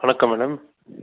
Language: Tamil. வணக்கம் மேடம்